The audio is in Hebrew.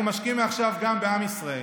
אנחנו משקיעים מעכשיו גם בעם ישראל.